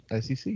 sec